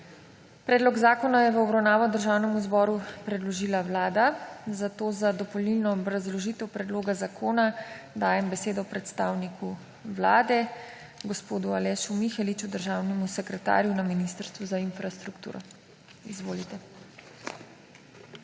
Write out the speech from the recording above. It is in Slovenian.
Predlog zakona je v obravnavo Državnemu zboru predložila Vlada, zato za dopolnilno obrazložitev predloga zakona dajem besedo predstavniku Vlade gospodu Alešu Miheliču, državnemu sekretarju na Ministrstvu za infrastrukturo. Izvolite.